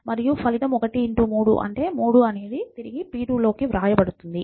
మరియు ఫలితం 1 3 అంటే 3 అనేది తిరిగి p 2 లో కి వ్రాయబడుతుంది